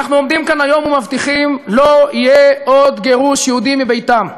אנחנו עומדים כאן היום ומבטיחים: לא יהיה עוד גירוש יהודים מביתם.